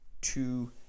two